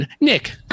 Nick